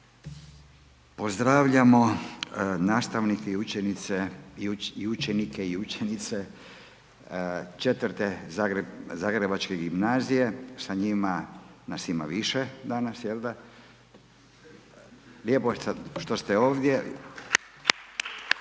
pozdravljamo nastavnike i učenice i učenike IV. Zagrebačke gimnazije, sa njima nas ima više danas jel' da? Lijepo je što ste ovdje.